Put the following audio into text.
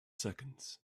seconds